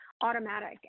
automatic